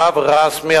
קו רשמי,